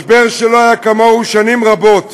משבר שלא היה כמוהו שנים רבות